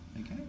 okay